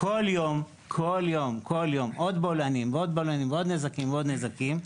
כל יום כל יום עוד בולענים ועוד בולענים ועוד נזקים ועוד נזקים,